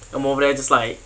I'm over there just like